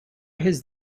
his